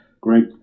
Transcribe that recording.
Great